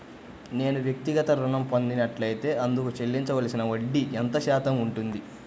నేను వ్యక్తిగత ఋణం పొందినట్లైతే అందుకు చెల్లించవలసిన వడ్డీ ఎంత శాతం ఉంటుంది?